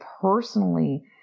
personally